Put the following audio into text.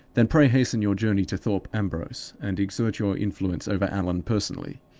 then pray hasten your journey to thorpe ambrose, and exert your influence over allan personally.